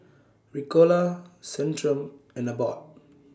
Ricola Centrum and Abbott